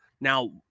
Now